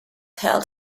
held